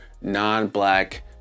non-black